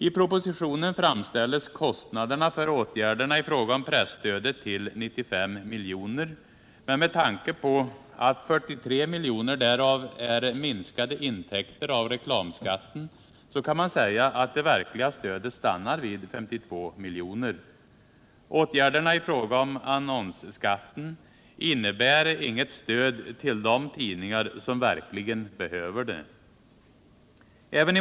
I propositionen anges kostnaderna för åtgärderna i fråga om presstödet till 95 milj.kr., men med tanke på att 43 milj. därav är minskade intäkter av reklamskatten kan man säga att det verkliga stödet stannar vid 52 milj. Åtgärderna i fråga om annonsskatten innebär inget stöd till de tidningar som verkligen behöver det.